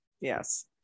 Yes